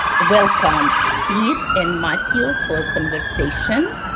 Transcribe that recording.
welcome sid and matthew for conversation.